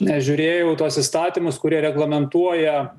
nežiūrėjau į tuos įstatymus kurie reglamentuoja